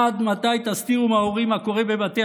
עד מתי תסתירו מההורים מה קורה בבתי